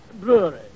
Brewery